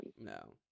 No